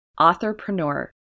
authorpreneur